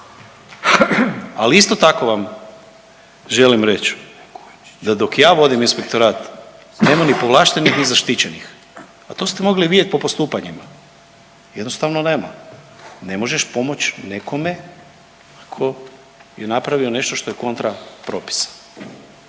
ali isto tako vam želim reći da dok ja vodim inspektorat nema ni povlaštenih ni zaštićenih. A to ste mogli vidjeti po postupanju, jednostavno nema. Ne možeš pomoći nekome tko je napravio nešto što je kontra propisa.